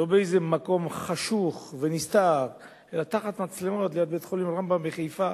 לא באיזה מקום חשוך ונסתר אלא תחת מצלמות בית-חולים "רמב"ם" בחיפה.